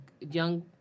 young